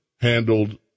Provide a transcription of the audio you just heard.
handled